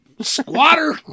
squatter